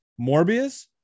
Morbius